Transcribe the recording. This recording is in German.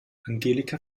angelika